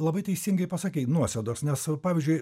labai teisingai pasakei nuosėdos nes pavyzdžiui